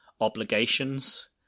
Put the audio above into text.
obligations